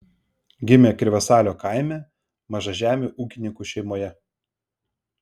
gimė krivasalio kaime mažažemių ūkininkų šeimoje